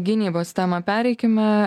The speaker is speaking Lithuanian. gynybos temą pereikime